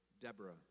Deborah